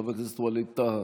חבר הכנסת ווליד טאהא,